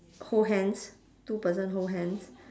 hold hands two person hold hands